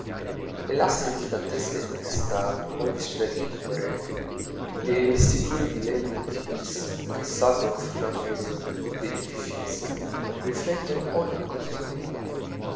innamora le lastre gigantesche di cristallo o gli specchi innumerevoli le rivestiture di legno nitidissimo che salgono fino a mezzo degli edifizi riflettono ogni cosa